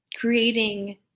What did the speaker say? creating